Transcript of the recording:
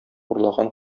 урлаган